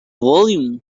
volume